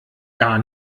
gar